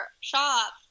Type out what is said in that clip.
shop